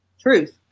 truth